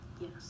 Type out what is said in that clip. Yes